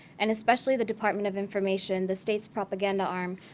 and especially the department of information, the state's propaganda arm,